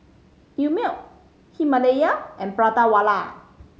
Einmilk Himalaya and Prata Wala